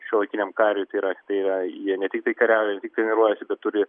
šiuolaikiniam kariui tai yra tai yra jie ne tiktai kariauja ne tik treniruojasi bet turi